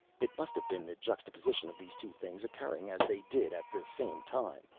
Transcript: it must have been the juxtaposition of these two things, occurring as they did at the same time,